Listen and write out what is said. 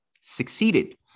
succeeded